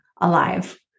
alive